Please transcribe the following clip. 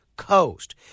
coast